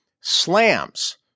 Slams